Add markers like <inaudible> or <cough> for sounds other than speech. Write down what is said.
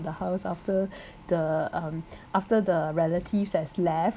the house after <breath> the um after the relatives has left